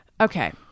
Okay